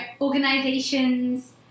organizations